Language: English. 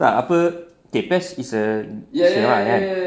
tak apa okay best is a ya lah kan